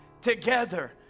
together